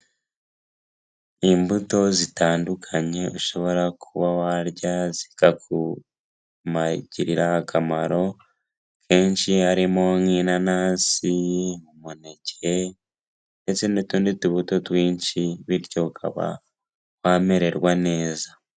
Imbuto zitandukanye ushobora kuba warya zikakugirira akamaro kenshi harimo nk'inanasi umuneke ndetse n'utundi tubuto twinshi bityo ukaba wamererwa neza.